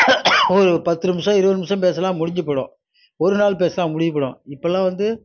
ஒரு பத்து நிமிஷம் இருபது நிமிஷம் பேசலாம் முடிஞ்சி போயிடும் ஒரு நாள் பேசுனா முடிஞ்சு போயிடும் இப்போலாம் வந்து